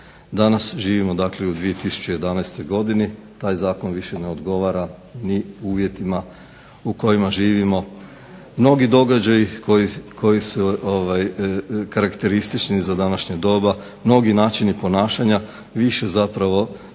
Danas živimo dakle u 2011. godini, taj zakon više ne odgovora ni uvjetima u kojima živimo. Mnogi događaji koji su karakteristični za današnje doba, mnogi načini ponašanja više ih ne možemo